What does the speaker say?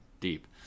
deep